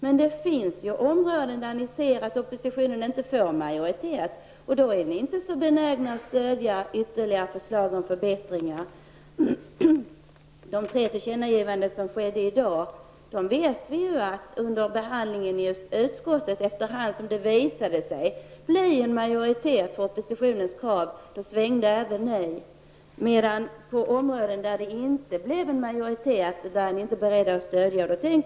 Men det finns många områden där ni ser att oppositionen inte får majoritet för sina förslag, och då är ni inte särskilt benägna att ge ert stöd till ytterligare förslag om förbättringar. De tre tillkännagivandena, som nämndes i dag, baserar sig på det faktum att ni under behandlingen i utskottet svängde till förmån för oppositionens krav, då det visade sig att det skulle bli majoritet för dessa. På områden där det visar sig att oppositionen inte får majoritet för sina förslag är ni däremot inte beredda att ge ert stöd.